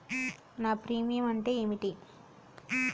నా ప్రీమియం అంటే ఏమిటి?